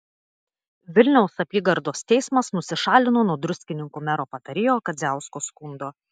vilniaus apygardos teismas nusišalino nuo druskininkų mero patarėjo kadziausko skundo